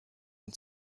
und